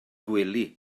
gwely